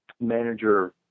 manager